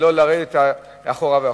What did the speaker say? ולא לרדת אחורה ואחורה.